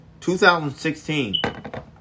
2016